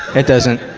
it doesn't,